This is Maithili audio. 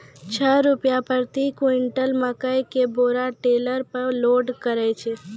छह रु प्रति क्विंटल मकई के बोरा टेलर पे लोड करे छैय?